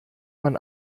man